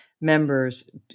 members